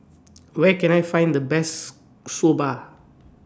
Where Can I Find The Best Soba